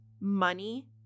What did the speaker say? money